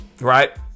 right